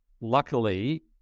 luckily